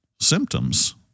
symptoms